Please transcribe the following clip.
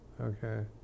okay